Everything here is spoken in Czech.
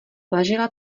ležela